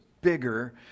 bigger